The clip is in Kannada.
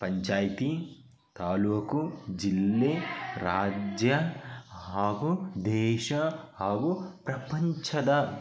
ಪಂಚಾಯ್ತಿ ತಾಲೂಕು ಜಿಲ್ಲೆ ರಾಜ್ಯ ಹಾಗೂ ದೇಶ ಹಾಗೂ ಪ್ರಪಂಚದ